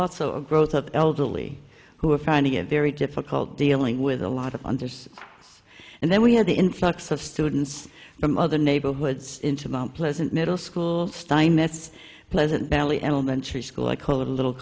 also a growth of elderly who are finding it very difficult dealing with a lot of undersea and then we had the influx of students from other neighborhoods into mt pleasant middle school steinmetz pleasant valley elementary school i call it a little